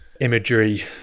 imagery